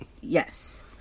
Yes